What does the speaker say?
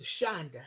Shonda